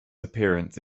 appearance